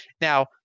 Now